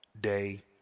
Day